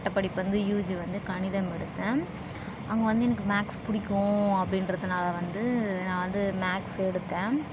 பட்டப்படிப்பு வந்து யுஜி வந்து கணிதம் எடுத்தேன் அங்கே வந்து எனக்கு மேக்ஸ் பிடிக்கும் அப்படின்றதுனால வந்து நான் வந்து மேக்ஸு எடுத்தேன்